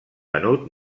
venut